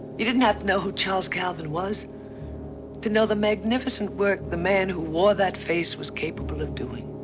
you didn't have to know who charles calvin was to know the magnificent work the man who wore that face was capable of doing.